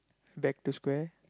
back to square